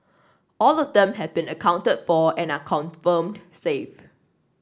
all of them have been accounted for and are confirmed safe